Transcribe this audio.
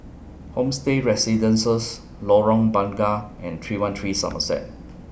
Homestay Residences Lorong Bunga and three one three Somerset